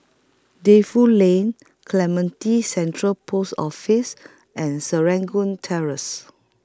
Defu Lane Clementi Central Post Office and Serangoon Terrace